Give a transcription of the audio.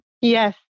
yes